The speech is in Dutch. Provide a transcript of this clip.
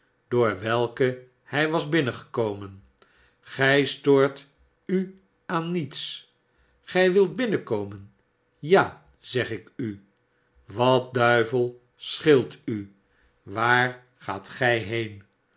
door welke hij was binnengekomen gij stoort u aan niets gij wilt binnenkomen ja zeg iku wat duivel scheelt u waar gaat gij heen